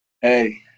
Hey